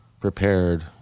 prepared